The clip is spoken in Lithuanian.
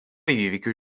įvykių